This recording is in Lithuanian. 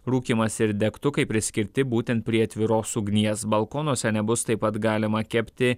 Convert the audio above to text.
rūkymas ir degtukai priskirti būtent prie atviros ugnies balkonuose nebus taip pat galima kepti